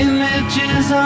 Images